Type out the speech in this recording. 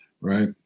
right